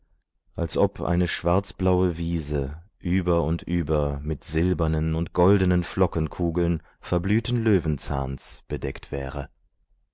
als ob eine schwarzblaue wiese über und über mit silbernen und goldenen flockenkugeln verblühten löwenzahns bedeckt wäre